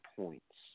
points